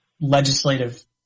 legislative